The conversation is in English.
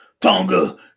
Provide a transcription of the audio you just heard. Tonga